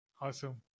Awesome